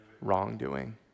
wrongdoing